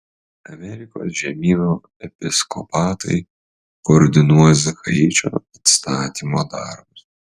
amerikos žemyno episkopatai koordinuos haičio atstatymo darbus